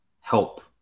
help